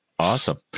awesome